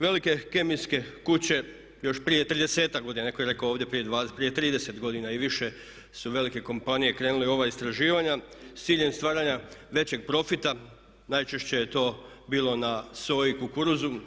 Velike kemijske kuće još prije 30-tak godina, netko je rekao ovdje prije 20, prije 30 godina i više su velike kompanije krenule u ova istraživanja s ciljem stvaranja većeg profita, najčešće je to bio na soji i kukuruzu.